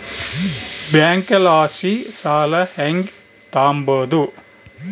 ಬ್ಯಾಂಕಲಾಸಿ ಸಾಲ ಹೆಂಗ್ ತಾಂಬದು?